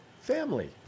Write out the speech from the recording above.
family